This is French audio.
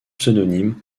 pseudonymes